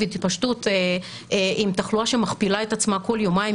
התפשטות עם תחלואה שמכפילה את עצמה כל יומיים,